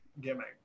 gimmick